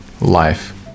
life